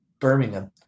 birmingham